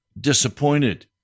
disappointed